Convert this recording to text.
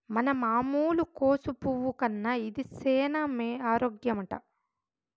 మన మామూలు కోసు పువ్వు కన్నా ఇది సేన ఆరోగ్యమట